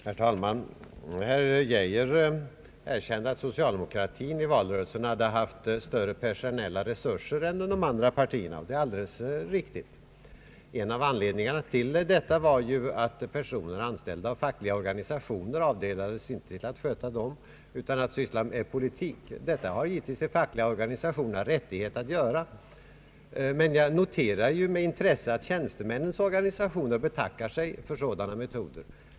Herr talman! Herr Geijer erkände att socialdemokratin i valrörelsen hade haft större personella resurser än de andra partierna. Detta är alldeles riktigt. En av anledningarna var ju att personer anställda av fackliga arbetarorganisationer avdelades inte till att sköta dem utan till att syssla med politik. Givetvis har dessa fackliga organisationer rättighet att göra så, men jag noterar med intresse att tjänstemännens organisationer betackar sig för sådana metoder.